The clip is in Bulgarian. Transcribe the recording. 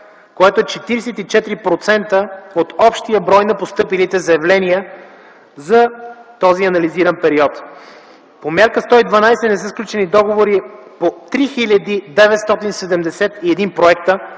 което е 44% от общия брой на постъпилите заявления за този анализиран период заявления. По мярка 112 не са сключени договори по 3 хил. 971 проекта,